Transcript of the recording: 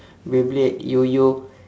beyblade yo-yo